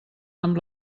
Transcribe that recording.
amb